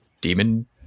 demon